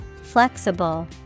Flexible